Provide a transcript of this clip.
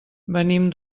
venim